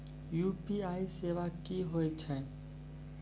UPI सेवा की होय छै?